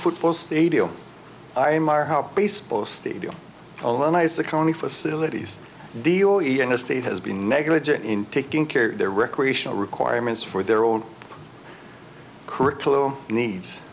football stadium i am our how baseball stadium oh nice the county facilities deal you know state has been negligent in taking care of their recreational requirements for their own curriculum needs